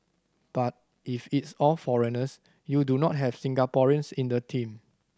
but if it's all foreigners you do not have Singaporeans in the team